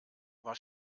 war